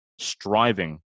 striving